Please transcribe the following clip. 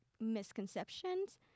misconceptions